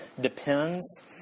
depends